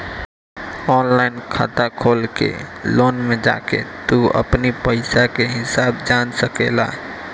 online खाता खोल के लोन में जाके तू अपनी पईसा कअ हिसाब जान सकेला